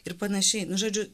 ir panašiaižodžiu